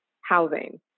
Housing